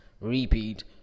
repeat